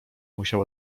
musiał